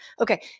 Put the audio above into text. Okay